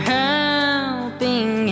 helping